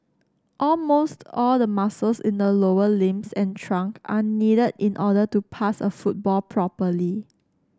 almost all the muscles in the lower limbs and trunk are needed in order to pass a football properly